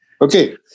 okay